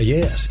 Yes